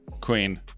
queen